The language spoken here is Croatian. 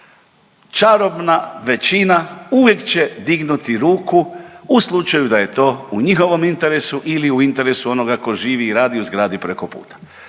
Čarobna većina uvijek će dignuti ruku u slučaju da je to u njihovom interesu ili u interesu onoga tko živi i radi u zgradi preko puta.